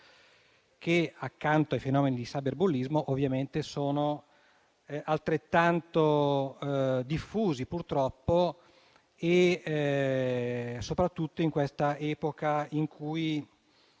che, accanto ai fenomeni di cyberbullismo, sono altrettanto diffusi purtroppo, soprattutto in questa epoca in cui